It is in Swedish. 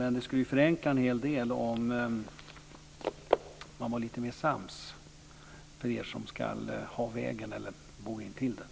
Det skulle förenkla en hel del om ni som ska bo intill vägen var lite mer sams.